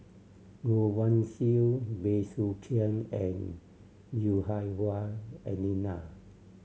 Goh Guan Siew Bey Soo Khiang and Lui Hah Wah Elena